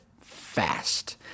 fast